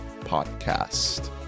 podcast